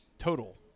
total